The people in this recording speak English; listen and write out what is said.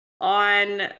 on